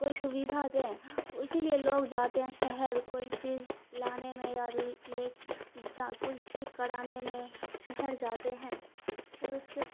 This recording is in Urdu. کوئی سویدھا دیں اسی لیے لوگ جاتے ہیں شہر کوئی چیز لانے میں یا لے کچھ ٹھیک کرانے میں شہر جاتے ہیں پھر اس کے